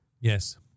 Yes